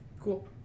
Cool